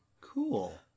Cool